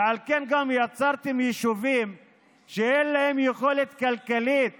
ועל כן גם יצרתם יישובים שאין להם יכולת כלכלית